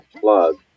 plug